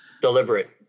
deliberate